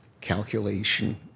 calculation